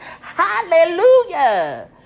Hallelujah